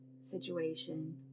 situation